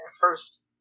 first